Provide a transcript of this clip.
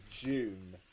June